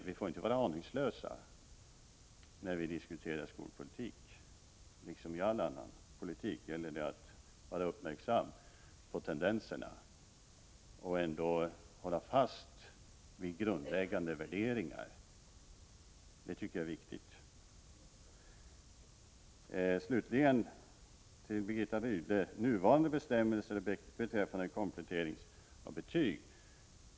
Vi får inte vara aningslösa när vi diskuterar skolpolitik. Liksom beträffande all annan politik gäller det att vara uppmärksam på tendenserna och försöka se till hur de förhåller sig till grundläggande värderingar. Det tycker jag är viktigt. Slutligen till Birgitta Rydle beträffande de nuvarande bestämmelserna för komplettering av betyg.